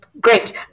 Great